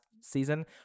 season